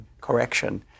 correction